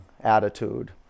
attitude